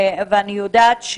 אבל בכל זאת,